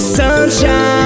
sunshine